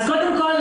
אז קודם כל,